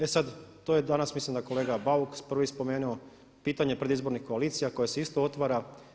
E sad to danas mislim da je kolega Bauk prvi spomenuo pitanje predizbornih koalicija koje se isto otvara.